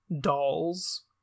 dolls